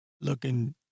looking